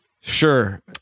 Sure